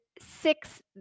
six